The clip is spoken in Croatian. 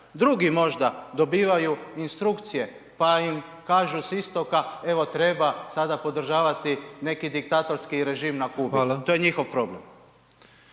Drugi možda dobivaju instrukcije pa im kažu s istoka, evo treba sada podržavati neki diktatorski režim na Kubi .../Upadica: